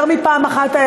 יותר מפעם אחת,